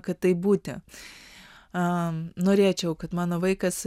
kad taip būti norėčiau kad mano vaikas